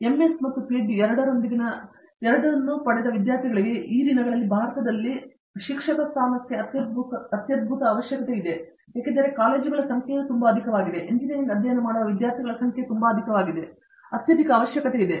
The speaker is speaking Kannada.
ಮತ್ತು MS ಮತ್ತು PhD ಎರಡರೊಂದಿಗಿನ ವಿದ್ಯಾರ್ಥಿಗಳಿಗೆ ಇಂದು ಈ ದಿನಗಳಲ್ಲಿ ಭಾರತದಲ್ಲಿ ಶಿಕ್ಷಕರರಿಗೆ ಅತ್ಯದ್ಭುತ ಅವಶ್ಯಕತೆ ಇರುತ್ತದೆ ಏಕೆಂದರೆ ಕಾಲೇಜುಗಳ ಸಂಖ್ಯೆಯು ತುಂಬಾ ಅಧಿಕವಾಗಿದೆ ಎಂಜಿನಿಯರಿಂಗ್ ಅಧ್ಯಯನ ಮಾಡುವ ವಿದ್ಯಾರ್ಥಿಗಳ ಸಂಖ್ಯೆಯು ತುಂಬಾ ಅಧಿಕವಾಗಿದೆ ಅತ್ಯಧಿಕ ಅವಶ್ಯಕತೆ ಇದೆ